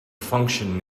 function